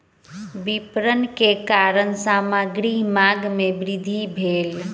विपरण के कारण सामग्री मांग में वृद्धि भेल